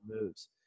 moves